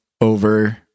over